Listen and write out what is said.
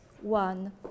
one